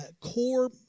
core